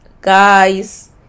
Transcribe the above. Guys